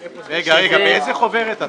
רגע, באיזו חוברת?